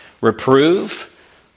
reprove